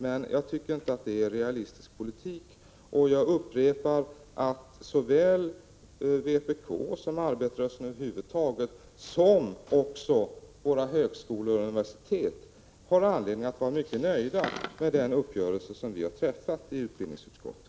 Men jag tycker inte att det är en realistisk politik, och jag upprepar att såväl vpk och arbetarrörelsen över huvud taget som våra högskolor och universitet har anledning att vara mycket nöjda med den uppgörelse som vi har träffat i utbildningsutskottet.